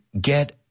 get